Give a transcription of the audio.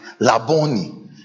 Laboni